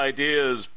Ideas